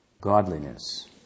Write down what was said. godliness